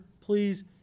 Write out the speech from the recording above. please